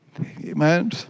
Amen